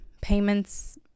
payments